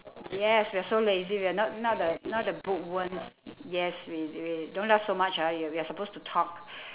yes we're so lazy we're not not the not the bookworms yes we we don't laugh so much ah you we're supposed to talk